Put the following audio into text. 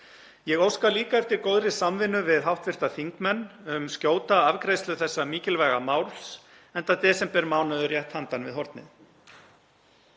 Ég óska líka eftir góðri samvinnu við hv. þingmenn um skjóta afgreiðslu þessa mikilvæga máls, enda desembermánuður rétt handan við hornið.